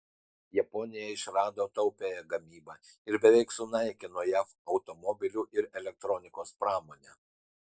japonija išrado taupiąją gamybą ir beveik sunaikino jav automobilių ir elektronikos pramonę